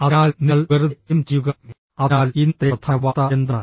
അതിനാൽ നിങ്ങൾ വെറുതെ സ്കിം ചെയ്യുക അതിനാൽ ഇന്നത്തെ പ്രധാന വാർത്ത എന്താണ്